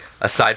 aside